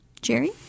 Jerry